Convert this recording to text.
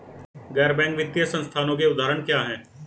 गैर बैंक वित्तीय संस्थानों के उदाहरण क्या हैं?